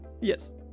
yes